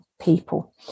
people